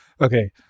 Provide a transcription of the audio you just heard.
Okay